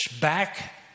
back